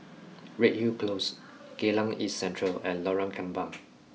Redhill Close Geylang East Central and Lorong Kembang